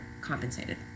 compensated